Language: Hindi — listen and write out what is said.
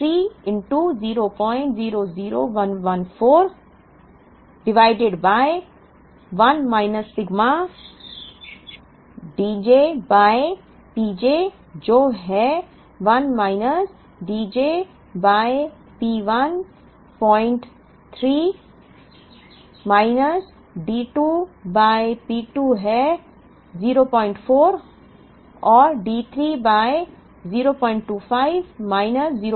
तो 3 000114 divided by 1 minus sigma Dj by Pj जो है 1 माइनस D1 बाय P1 है point 3 minus D2 by P2 है 04 और D3 बाय 025 माइनस 04